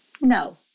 No